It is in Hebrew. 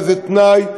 וזה תנאי,